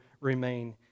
remain